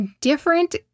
different